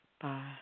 Bye